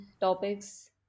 topics